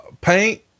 paint